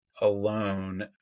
alone